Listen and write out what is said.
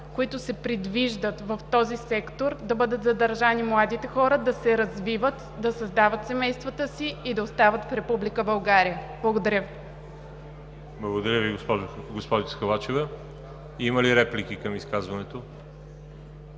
които се предвиждат в този сектор, да бъдат задържани младите хора, да се развиват, да създават семействата си и да остават в Република България. Благодаря. ПРЕДСЕДАТЕЛ ВАЛЕРИ ЖАБЛЯНОВ: Благодаря Ви, госпожицe Халачева. Има ли реплики към изказването?